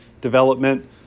development